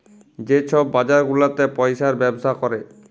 যে ছব বাজার গুলাতে পইসার ব্যবসা ক্যরে